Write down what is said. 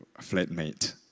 flatmate